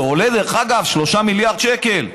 זה עולה, דרך אגב, 3 מיליארד שקל.